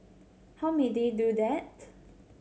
how may they do that